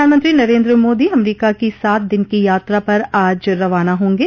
प्रधानमंत्री नरेन्द्र मोदी अमरीका की सात दिन की यात्रा पर आज रवाना होंगे